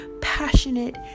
passionate